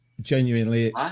genuinely